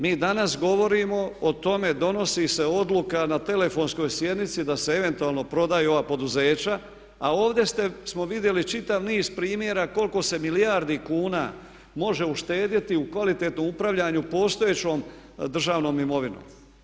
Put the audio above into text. Mi danas govorimo o tome donosi se odluka na telefonskoj sjednici da se eventualno prodaju ova poduzeća a ovdje smo vidjeli čitav niz primjera koliko se milijardi kuna može uštedjeti u kvalitetnu upravljanju postojećom državnom imovinom.